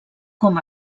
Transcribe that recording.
com